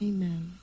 Amen